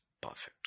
perfect